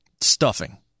Stuffing